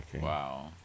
Wow